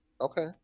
Okay